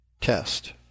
test